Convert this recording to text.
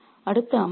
பார்த்ததற்கு நன்றி